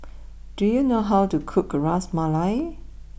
do you know how to cook Ras Malai